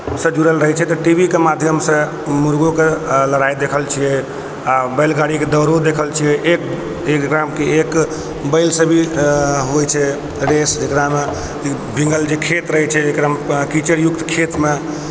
सऽ जुड़ल रहै छै टीवीके माध्यम सॅं मुर्गोके लड़ाइ देखल छियै आ बैलगाड़ीके दौड़ो देखल छियै एक बैल सऽ भी होइ छै रेस जकरा मे भीगल जे खेत रहै छै जकरा मे कीचड़युक्त खेत मे